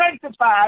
sanctified